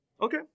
Okay